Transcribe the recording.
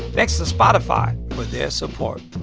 thanks to spotify for their support.